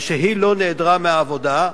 ושהיא לא נעדרה מהעבודה,